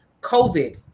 COVID